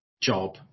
job